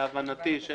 להבנתי, יש